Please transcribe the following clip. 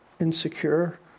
insecure